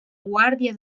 guàrdia